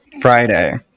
Friday